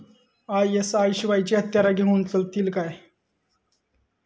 ISI शिवायची हत्यारा घेऊन चलतीत काय?